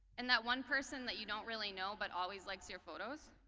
and that one person that you don't really know, but always likes your photos.